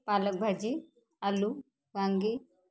पालक भाजी आलू वांगी